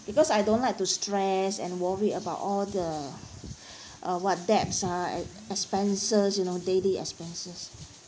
because I don't like to stress and worry about all the uh what debts ah expenses you know daily expenses